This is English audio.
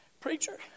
Preacher